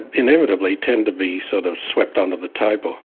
inevitably tend to be sort of swept under the table.